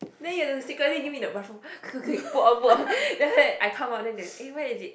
then you have to secretly give me the bathrooom quick quick quick put on put on then after that I come out then eh where is it